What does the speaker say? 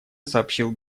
сообщил